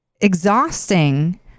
exhausting